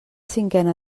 cinquena